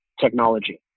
technology